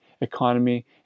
economy